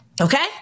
Okay